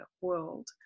world